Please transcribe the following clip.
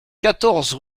quatorze